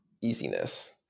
easiness